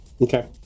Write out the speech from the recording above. Okay